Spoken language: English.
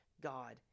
God